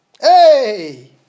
Hey